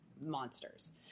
monsters